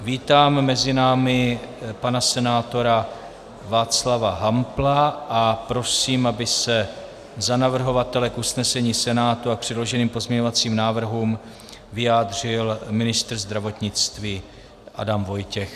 Vítám mezi námi pana senátora Václava Hampla a prosím, aby se za navrhovatele k usnesení Senátu a k předloženým pozměňovacím návrhům vyjádřil ministr zdravotnictví Adam Vojtěch.